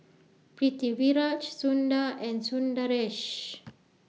Pritiviraj Sundar and Sundaresh